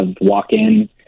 walk-in